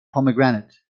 pomegranate